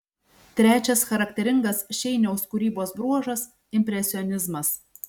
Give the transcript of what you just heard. trečias charakteringas šeiniaus kūrybos bruožas impresionizmas